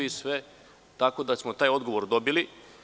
Tako da smo taj odgovor dobili.